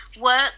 work